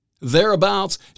thereabouts